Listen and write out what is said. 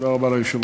תודה רבה ליושב-ראש.